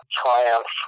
triumph